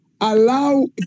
allow